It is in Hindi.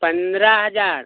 पन्द्रह हज़ार